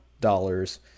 dollars